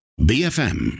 BFM